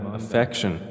affection